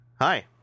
hi